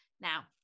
now